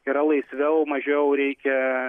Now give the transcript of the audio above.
yra laisviau mažiau reikia